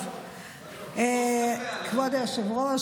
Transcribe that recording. כבוד היושב-ראש,